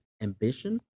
ambition